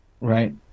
right